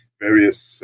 various